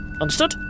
Understood